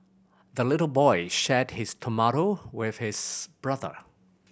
the little boy shared his tomato with his brother